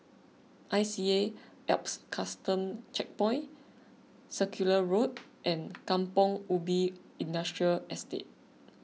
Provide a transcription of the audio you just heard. I C A Alps Custom Checkpoint Circular Road and Kampong Ubi Industrial Estate